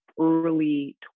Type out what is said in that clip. early